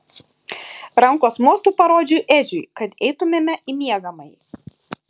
rankos mostu parodžiau edžiui kad eitumėme į miegamąjį